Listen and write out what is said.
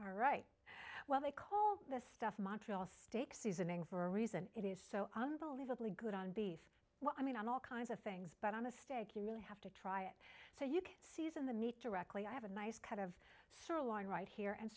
right well they call this stuff montreal steak seasoning for a reason it is so unbelievably good on beef well i mean all kinds of things but on a steak you really have to try it so you can season the meat directly i have a nice cut of sorrel line right here and